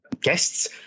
guests